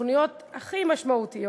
בתוכניות הכי משמעותיות,